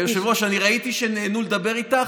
היושבת-ראש, ראיתי שנהנו לדבר איתך.